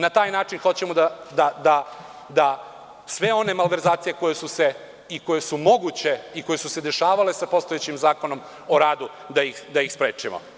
Na taj način hoćemo da sve one malverzacije koje su se i koje su moguće i dešavale se sa postojećim Zakonom o radu da ih sprečimo.